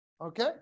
Okay